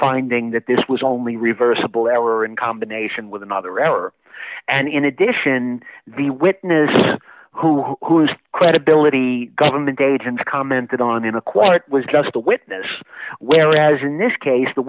finding that this was only reversible error in combination with another error and in addition the witness who whose credibility government agents commented on in a quiet was just a witness whereas in this case the